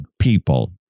people